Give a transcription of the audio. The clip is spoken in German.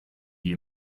die